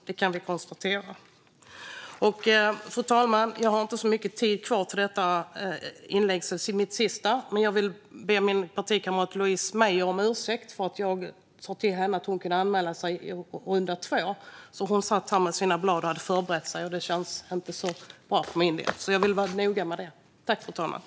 Det kan vi konstatera. Fru talman! Jag har inte särskilt mycket tid kvar på detta mitt sista inlägg, men jag vill be min partikamrat Louise Meijer om ursäkt för att jag sa till henne att hon kunde anmäla sig till runda två. Hon satt här med sina papper och hade förberett sig. Det känns inte så bra för min del. Jag vill vara noga med vems fel det var.